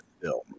film